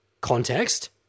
context